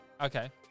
Okay